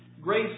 grace